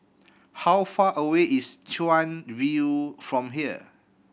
how far away is Chuan View from here